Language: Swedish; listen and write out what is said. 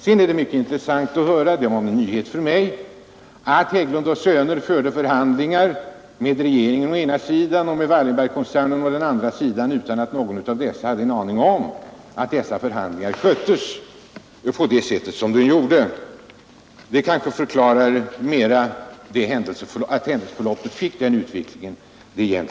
Vidare var det mycket intressant att höra — vilket var en nyhet för mig — att Hägglund & Söner förde förhandlingar med regeringen å ena sidan och med Wallenbergkoncernen å andra sidan, utan att någon av dessa hade en aning om att förhandlingarna ägde rum parallellt. Det kanske bättre förklarar händelseförloppet.